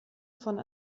von